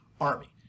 army